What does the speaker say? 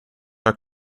are